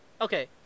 Okay